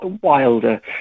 Wilder